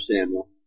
Samuel